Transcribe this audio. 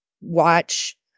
watch